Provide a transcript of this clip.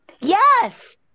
Yes